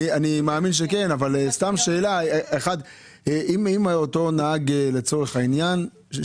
צריך להשעות את הנהג מלעבוד עד בירור העניין.